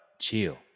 chill